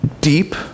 deep